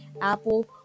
Apple